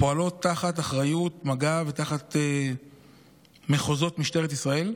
הפועלות תחת אחריות מג"ב ותחת מחוזות משטרת ישראל,